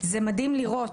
זה מדהים לראות.